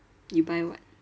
you buy what